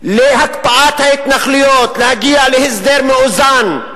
להקפאת ההתנחלויות, להגיע להסדר מאוזן,